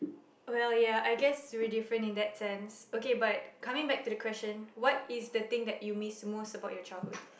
well ya I guess we different in that sense okay but coming back to the question what is the thing that you miss most about your childhood